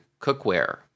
Cookware